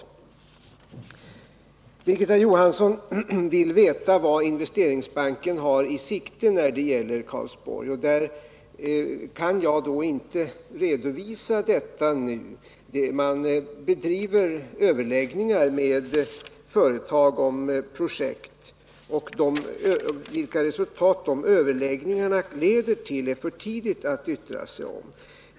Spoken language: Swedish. Birgitta Johansson vill veta vilka åtgärder Investeringsbanken har i sikte när det gäller Karlsborg. Jag kan inte redovisa detta nu. Man bedriver överläggningar med företag om projekt, och vilka resultat de överläggningarna leder till är det för tidigt att yttra sig om.